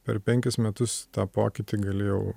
per penkis metus tą pokytį gali jau